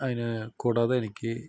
അതിനു കൂടാതെ എനിക്ക്